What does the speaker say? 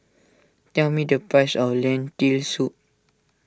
tell me the price of Lentil Soup